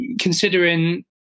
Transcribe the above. considering